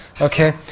Okay